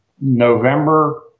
November